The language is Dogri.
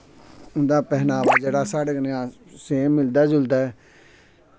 उं'दा पैहनाव जेह्ड़ा साढ़े कन्ने सेम मिलदा जुलदा ऐ